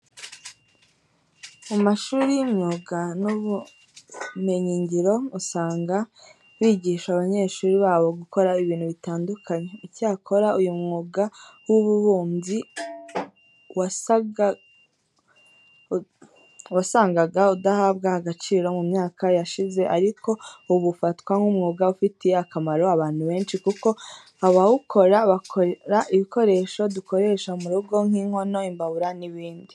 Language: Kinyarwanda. Mu mashuri y'imyuga n'ubumenyingiro usanga bigisha abanyeshuri babo gukora ibintu bitandukanye. Icyakora uyu mwuga w'ububumbyi wasangaga udahabwa agaciro mu myaka yashize ariko ubu ufatwa nk'umwuga ufitiye akamaro abantu benshi kuko abawukora bakora ibikoresho dukoresha mu rugo nk'inkono, imbabura n'ibindi.